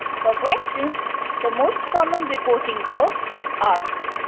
for questions, the most common reporting verb is asked,